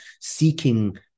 seeking